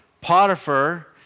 Potiphar